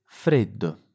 freddo